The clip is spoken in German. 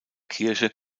kirche